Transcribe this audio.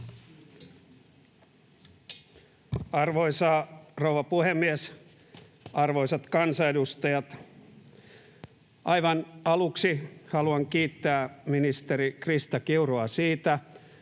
Arvoisa rouva puhemies! Arvoisat kansanedustajat! Aivan aluksi haluan kiittää ministeri Krista Kiurua siitä,